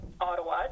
Ottawa